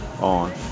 on